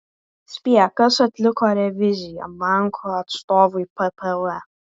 spėk kas atliko reviziją banko atstovui ppv